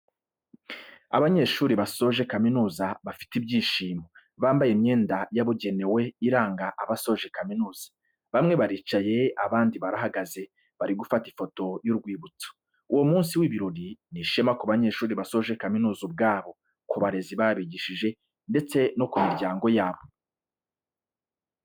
Abanyeshuri basoje kaminuza bafite ibyishimo, bambaye imyenda yabugenewe iranga abasoje kaminuza, bamwe baricaye abandi barahagaze bari gufata ifoto y'urwibutso, uwo munsi w'ibirori, ni ishema ku banyeshuri basoje kaminuza ubwabo, ku barezi babigishije ndetse no ku miryango yabo.